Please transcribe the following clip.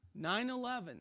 9-11